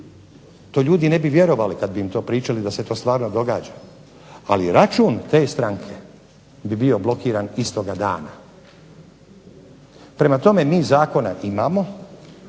To ljudi ne bi vjerovali kad bi im to pričali da se to stvarno događa. Ali račun te stranke bi bio blokiran istoga dana. Prema tome, mi zakone imamo.